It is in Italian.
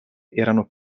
erano